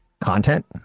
content